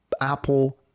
apple